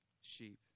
sheep